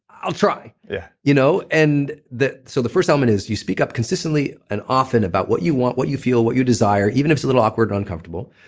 i'll try. yeah you know and the so the first element is you speak up consistently and often about what you want, what you feel, what you desire, even if it's a little awkward and uncomfortable.